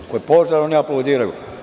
Ako je požar, oni aplaudiraju.